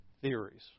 theories